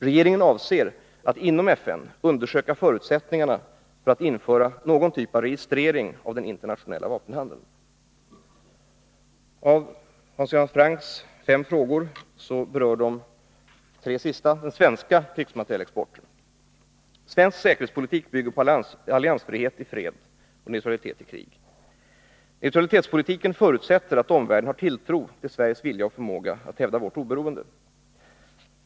Regeringen avser att inom FN undersöka förutsättningarna att införa någon typ av registrering av den internationella vapenhandeln. Svensk säkerhetspolitik bygger på alliansfrihet i fred och neutralitet i krig. Neutralitetspolitiken förutsätter att omvärlden har tilltro till Sveriges vilja och förmåga att hävda vårt oberoende.